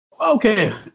Okay